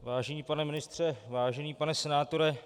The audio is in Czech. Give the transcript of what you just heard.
Vážený pane ministře, vážený pane senátore.